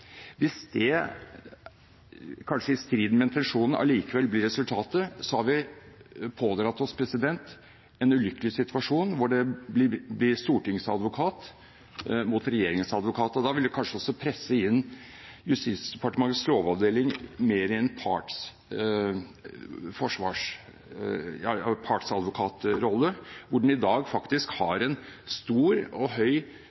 Hvis det, kanskje i strid med intensjonen, allikevel blir resultatet, har vi pådratt oss en ulykkelig situasjon hvor det blir stortingsadvokat mot regjeringsadvokaten. Da vil det kanskje også presse Justisdepartementets lovavdeling mer inn i en partsadvokatrolle der hvor den i dag faktisk har en stor og høy